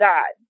God